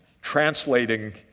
translating